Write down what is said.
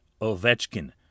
Ovechkin